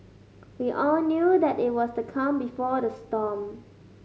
we all knew that it was the calm before the storm